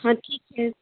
हाँ ठीक है